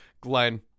Glenn